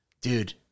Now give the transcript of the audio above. Dude